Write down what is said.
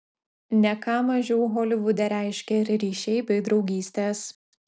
ne ką mažiau holivude reiškia ir ryšiai bei draugystės